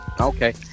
Okay